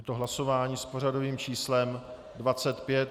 Je to hlasování s pořadovým číslem 25.